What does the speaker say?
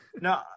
No